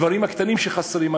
הדברים הקטנים שחסרים,